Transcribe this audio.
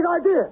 idea